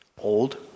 old